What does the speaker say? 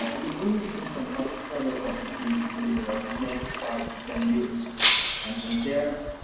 we we will see some cost, further cost decrease, in the next five ten years. and and there,